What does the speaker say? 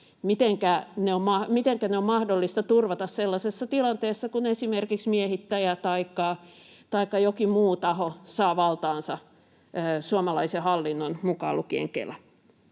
Mitenkä ne on mahdollista turvata sellaisessa tilanteessa, kun esimerkiksi miehittäjä taikka jokin muu taho saa valtaansa suomalaisen hallinnon, mukaan lukien Kela?